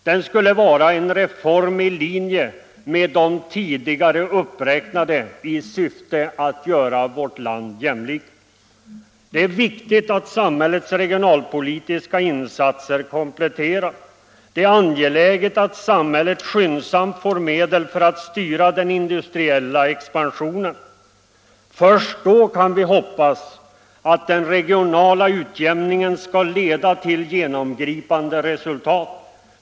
Den skulle vara en reform i linje med de tidigare uppräknade, i syfte att göra vårt land jämlikt. Det är viktigt att samhällets regionalpolitiska insatser kompletteras. Det är angeläget att samhället skyndsamt får medel för att styra den industriella expansionen. Först då kan vi hoppas att den regionala utjämningen skall leda till genomgripande resultat.